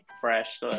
fresh